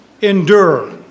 endure